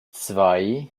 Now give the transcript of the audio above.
zwei